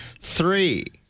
Three